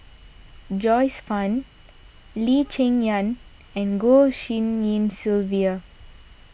Joyce Fan Lee Cheng Yan and Goh Tshin En Sylvia